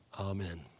Amen